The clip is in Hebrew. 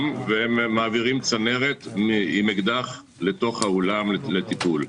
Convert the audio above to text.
והם מעבירים צנרת עם אקדח לתוך האולם לטיפול.